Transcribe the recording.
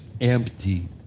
empty